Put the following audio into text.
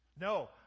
No